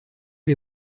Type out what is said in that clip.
les